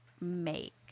make